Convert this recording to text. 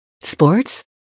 Sports